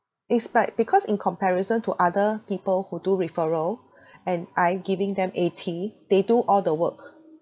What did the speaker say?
it's like because in comparison to other people who do referral and I giving them eighty they do all the work